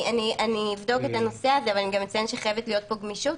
אני אבדוק את הנושא הזה ואני גם אציין שחייבת להיות פה גמישות,